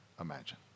imagine